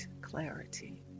clarity